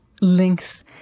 links